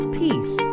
peace